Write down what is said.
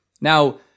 Now